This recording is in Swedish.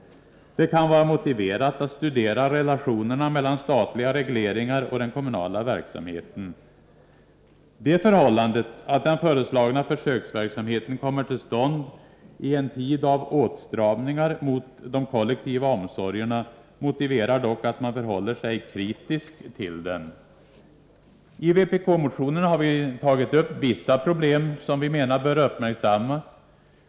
Det kan vara motiverat att studera relationerna mellan statliga regleringar och den kommunala verksamheten. Det förhållandet att den föreslagna försöksveksamheten kommer till stånd i en tid av åtstramningar mot de kollektiva omsorgerna motiverar dock att man förhåller sig kritisk till den. I vpk-motionen har vi tagit upp vissa problem som vi menar bör uppmärksammas.